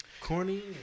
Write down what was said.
Corny